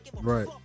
Right